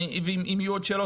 ואם יהיו עוד שאלות,